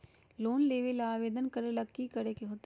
Loan लेबे ला आवेदन करे ला कि करे के होतइ?